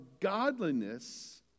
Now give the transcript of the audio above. godliness